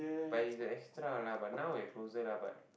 but he is a extra lah but now we closer lah but